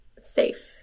safe